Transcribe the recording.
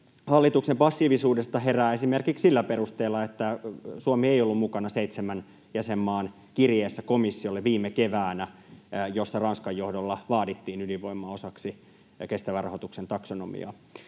hallituksen passiivisuudesta herää esimerkiksi sillä perusteella, että Suomi ei ollut viime keväänä mukana seitsemän jäsenmaan kirjeessä komissiolle, jossa Ranskan johdolla vaadittiin ydinvoimaa osaksi kestävän rahoituksen taksonomiaa.